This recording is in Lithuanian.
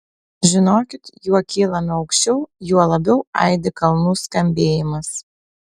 žinokit juo kylame aukščiau juo labiau aidi kalnų skambėjimas